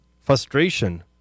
frustration